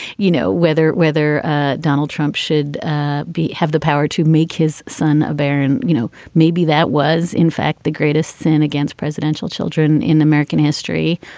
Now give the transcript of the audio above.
you know, whether whether ah donald trump should be have the power to make his son better. and, you know, maybe that was, in fact, the greatest sin against presidential children in american history.